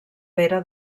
pere